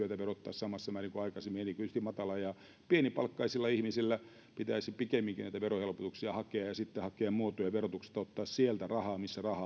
samassa määrin kuin aikaisemmin eli tietysti matala ja pienipalkkaisille ihmisille pitäisi pikemminkin näitä verohelpotuksia hakea ja sitten hakea muotoja verotuksesta ja ottaa rahaa sieltä missä rahaa